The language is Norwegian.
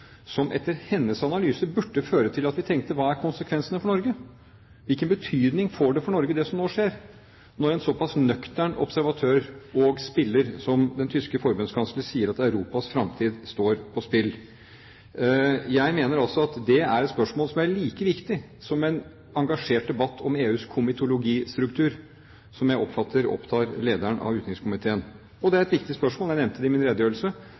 som etter hennes analyser burde føre til at vi tenkte: Hva er konsekvensene for Norge? Hvilken betydning får det som nå skjer, for Norge, når en såpass nøktern observatør og spiller som den tyske forbundskansleren sier at Europas fremtid står på spill? Jeg mener også at det er et spørsmål som er like viktig som en engasjert debatt om EUs komitologistruktur, som jeg oppfatter opptar lederen av utenrikskomiteen. Det er et viktig spørsmål, jeg nevnte det i min redegjørelse,